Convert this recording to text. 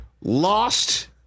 Lost